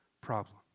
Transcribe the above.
problem